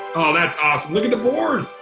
that's awesome. look at the board.